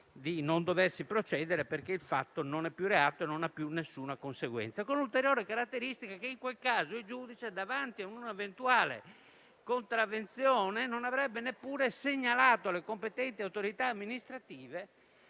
di non doversi procedere perché il fatto non è più reato e non ha più alcuna conseguenza, con l'ulteriore caratteristica che in quel caso il giudice, davanti a un'eventuale contravvenzione, non avrebbe neppure segnalato alle competenti autorità amministrative